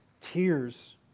tears